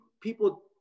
people